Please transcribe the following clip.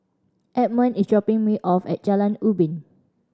Edmond is dropping me off at Jalan Ubin